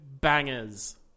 bangers